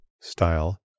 style